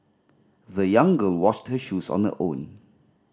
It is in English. the young girl washed her shoes on her own